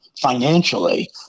financially